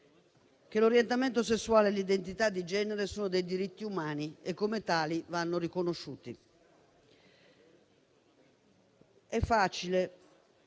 che l'orientamento sessuale e l'identità di genere sono dei diritti umani e che come tali vanno riconosciuti.